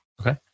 Okay